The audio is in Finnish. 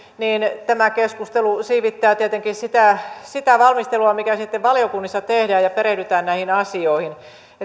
niin tämä keskustelu siivittää tietenkin sitä sitä valmistelua mikä sitten valiokunnissa tehdään kun perehdytään näihin asioihin